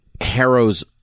harrow's